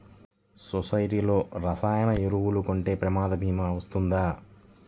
సొసైటీలో రసాయన ఎరువులు కొంటే ప్రమాద భీమా వస్తుందా?